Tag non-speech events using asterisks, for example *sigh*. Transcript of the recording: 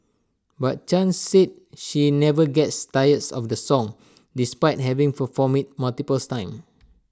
but chan said she never gets tired *unintelligible* of the song despite having performed IT multiple times